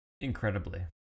Incredibly